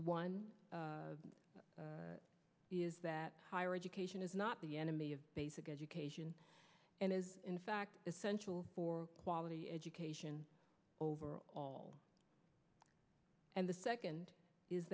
one is that higher education is not the enemy of basic education and is in fact essential for quality education over all and the second is